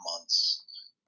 months